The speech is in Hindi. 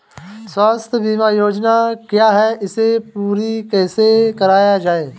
स्वास्थ्य बीमा योजना क्या है इसे पूरी कैसे कराया जाए?